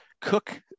cook